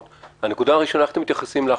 הנקודה הראשונה שאתם מתייחסים אליה היא